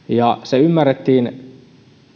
ja se ymmärrettiin